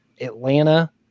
Atlanta